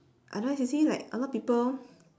otherwise you see like a lot people